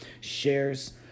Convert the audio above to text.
shares